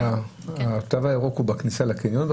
התו הירוק הוא בכניסה לקניון?